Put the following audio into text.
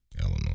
Illinois